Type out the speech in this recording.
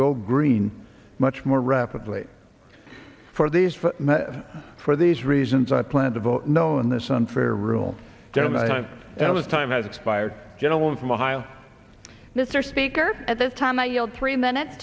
go green much more rapidly for these for these reasons i plan to vote no on this unfair rule at this time has expired gentleman from ohio mr speaker at this time i yelled three minutes